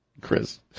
Chris